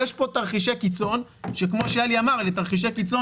יש פה תרחישי קיצון שכמו שיהלי אמר אלה תרחישי קיצון